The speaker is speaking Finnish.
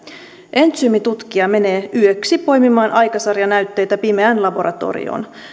entsyymitutkija menee yöksi poimimaan aikasarjanäytteitä pimeään laboratorioon